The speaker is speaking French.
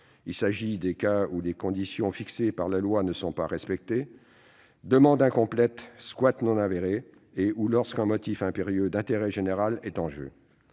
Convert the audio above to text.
Il s'agit des cas où les conditions fixées par la loi ne sont pas respectées- demande incomplète, squat non attesté, etc. -ou lorsqu'un motif impérieux d'intérêt général est en jeu.